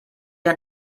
ein